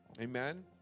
Amen